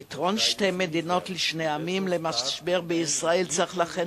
פתרון שתי מדינות לשני עמים למשבר ישראל צריך לכן